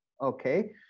okay